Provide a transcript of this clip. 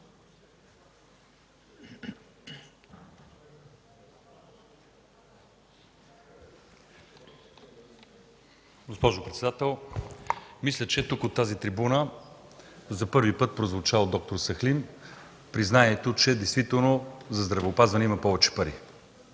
Госпожо председател, мисля, че от тази трибуна за първи път прозвуча от д-р Сахлим признанието, че за здравеопазването има повече пари.